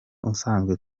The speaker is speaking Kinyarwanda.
usanzwe